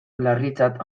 larritzat